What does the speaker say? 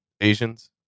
Asians